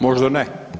Možda ne.